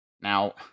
now